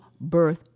birth